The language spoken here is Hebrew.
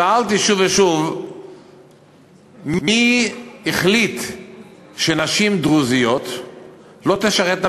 שאלתי שוב ושוב מי החליט שנשים דרוזיות לא תשרתנה